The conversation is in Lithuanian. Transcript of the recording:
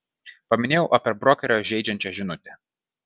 paminėjau apie brokerio žeidžiančią žinutę